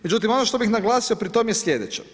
Međutim, ono što bi naglasio pri tom je sljedeće.